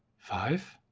five